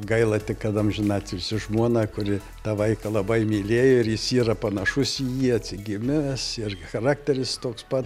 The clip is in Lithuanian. gaila tik kad amžinatilsį žmona kuri tą vaiką labai mylėjo ir jis yra panašus į jį atsigimęs irgi charakteris toks pat